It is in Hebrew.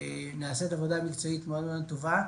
נעשית עבודה מקצועית מאוד מאוד טובה.